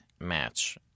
match